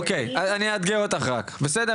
אוקיי, אז אני יאתגר אותך קצת, בסדר?